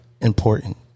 important